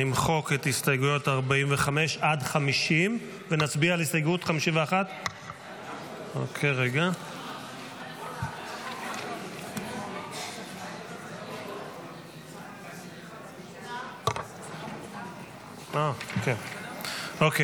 נמחק את הסתייגויות 45 50. ונצביע על הסתייגות 51. אם כן,